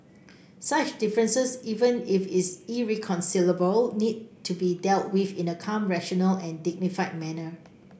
such differences even if irreconcilable need to be dealt with in a calm rational and dignified manner